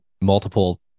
multiple